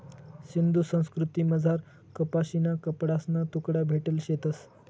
सिंधू संस्कृतीमझार कपाशीना कपडासना तुकडा भेटेल शेतंस